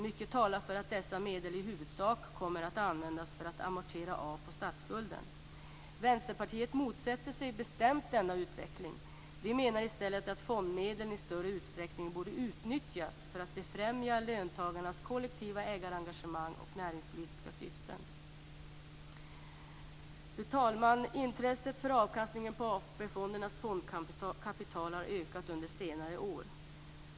Mycket talar för att dessa medel i huvudsak kommer att användas för att amortera av på statsskulden. Vänsterpartiet motsätter sig bestämt denna utveckling. Vi menar i stället att fondmedlen i större utsträckning borde utnyttjas för att befrämja löntagarnas kollektiva ägarengagemang och i näringspolitiska syften. Fru talman! Intresset för avkastningen av AP fondernas fondkapital har ökat under senare år.